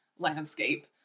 landscape